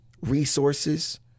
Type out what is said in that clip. resources